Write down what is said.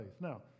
Now